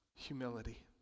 humility